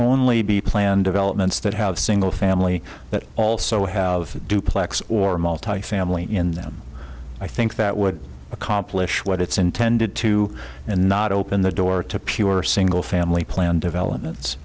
only be planned developments that have single family that also have duplex or multifamily in them i think that would accomplish what it's intended to and not open the door to pure single family plan developments